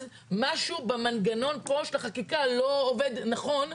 אז משהו במנגנון פה של החקיקה לא עובד נכון.